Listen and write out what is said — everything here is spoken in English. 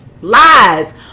lies